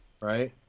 right